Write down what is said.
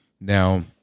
Now